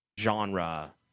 genre